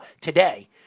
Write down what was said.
today